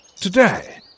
Today